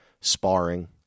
sparring